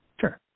Sure